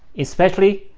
especially,